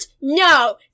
No